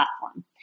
platform